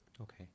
Okay